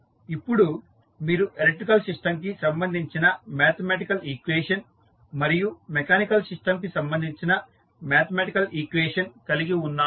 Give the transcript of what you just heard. ఇప్పుడు మీరు electrical system కి సంబంధించిన మ్యాథమెటికల్ ఈక్వేషన్ మరియు మెకానికల్ సిస్టంకి సంబంధించిన మ్యాథమెటికల్ ఈక్వేషన్ కలిగి ఉన్నారు